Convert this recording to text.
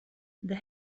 the